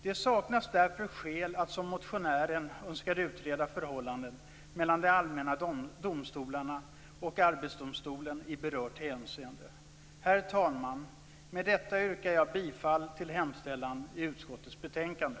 Det saknas därför skäl att, som motionärerna önskar, utreda förhållandet mellan de allmänna domstolarna och Arbetsdomstolen i berört hänseende. Herr talman! Med detta yrkar jag bifall till hemställan i utskottets betänkande.